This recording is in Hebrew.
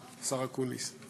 השר אקוניס.